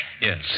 Yes